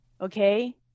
okay